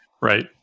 right